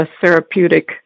therapeutic